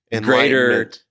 greater